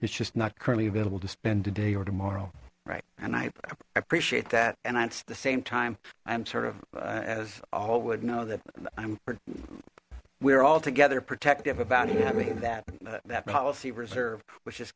it's just not currently available to spend today or tomorrow right and i appreciate that and that's at the same time i'm sort of as all would know that i'm we're all together protective about having that that policy reserve which is